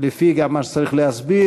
גם לפי מה שצריך להסביר,